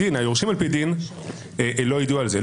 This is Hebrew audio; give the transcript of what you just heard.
והיורשים על-פי דין לא ידעו על זה.